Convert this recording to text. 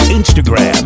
Instagram